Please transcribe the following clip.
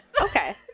Okay